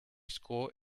score